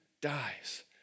dies